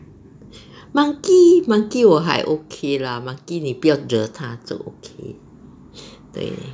monkey monkey 我还 okay lah monkey 你不要惹它就 okay 对